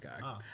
guy